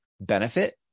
benefit